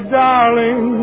darling